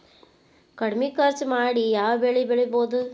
ಕಡಮಿ ಖರ್ಚ ಮಾಡಿ ಯಾವ್ ಬೆಳಿ ಬೆಳಿಬೋದ್?